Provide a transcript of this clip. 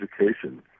education